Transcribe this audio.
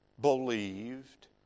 believed